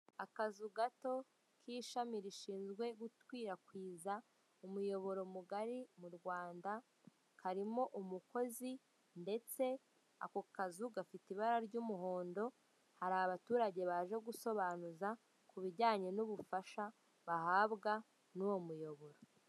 Akazu gato k'ishami rishinzwe gukwirakwiza umuyoboro mugari mu Rwanda, harimo umukozi, ndetse ako kazu gafite ibara ry'umuhondo, hari abaturage baza gusobanuza ku bijyanye n'ubufasha bahabwa n'uwo muyoboro.